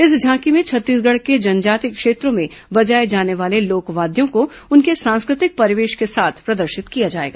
इस झांकी में छत्तीसगढ़ के जनजातीय क्षेत्रों में बजाए जाने वाले लोक वाद्यों को उनके सांस्कृतिक परिवेश के साथ प्रदर्शित किया जाएगा